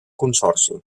consorci